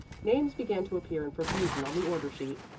names began to appear in profusion on the order-sheet.